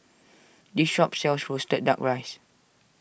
this shop sells Roasted Duck Rice